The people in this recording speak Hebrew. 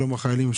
שלום החיילים,